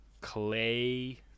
Clay